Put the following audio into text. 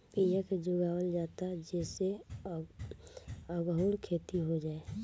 बिया के जोगावल जाता जे से आगहु खेती हो जाए